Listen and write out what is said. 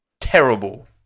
Terrible